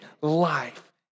life